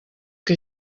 que